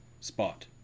spot